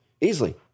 easily